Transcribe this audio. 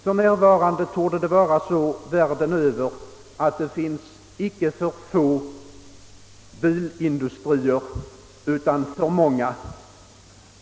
För närvarande torde det världen över finnas icke för få bilindustrier utan för många.